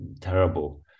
terrible